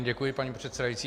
Děkuji, paní předsedající.